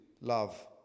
love